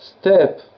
step